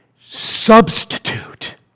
substitute